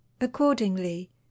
accordingly